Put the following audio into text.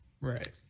Right